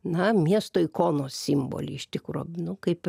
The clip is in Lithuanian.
na miesto ikonos simbolį iš tikro nu kaip